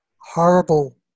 horrible